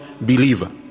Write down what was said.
believer